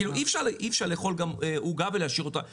אי אפשר לאכול את העוגה ולהשאיר אותה שלמה.